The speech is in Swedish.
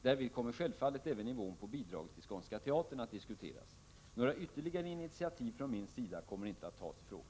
Därvid kommer självfallet även nivån på bidraget till Skånska Teatern att diskuteras. Några ytterligare initiativ från min sida kommer inte att tas i denna fråga.